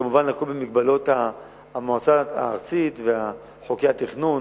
כמובן במגבלות המועצה הארצית וחוקי התכנון,